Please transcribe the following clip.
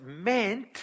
meant